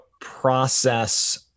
process